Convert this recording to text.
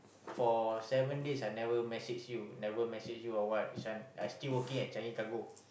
for seven days I never message you never message you or what this one I still working at Changi cargo